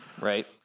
Right